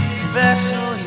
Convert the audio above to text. special